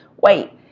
wait